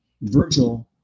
Virgil